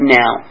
now